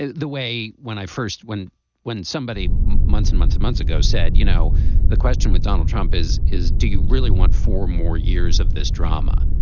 ah the way. when i first when when somebody's months and months of months ago said you know the question with donald trump is is do you really want four more years of this drama.